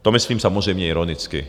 To myslím samozřejmě ironicky.